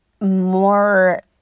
more